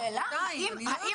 האם